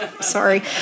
sorry